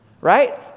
right